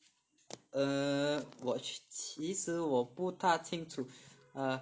err 我其实我不大清楚 err